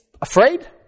afraid